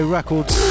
Records